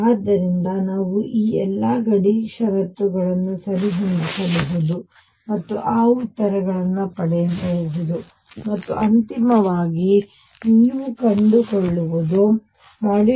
ಆದ್ದರಿಂದ ನಾವು ಈ ಎಲ್ಲ ಗಡಿ ಷರತ್ತುಗಳನ್ನು ಸರಿಹೊಂದಿಸಬಹುದು ಮತ್ತು ಆ ಉತ್ತರಗಳನ್ನು ಪಡೆಯಬಹುದು ಮತ್ತು ಅಂತಿಮವಾಗಿ ನೀವು ಕಂಡುಕೊಳ್ಳುವುದು EA2vv